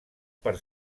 per